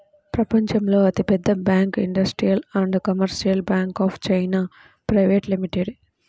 ప్రపంచంలో అతిపెద్ద bank industrial and commercial bank of China private limited